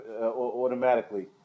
automatically